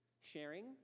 Sharing